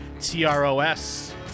TROS